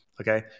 Okay